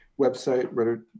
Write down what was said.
website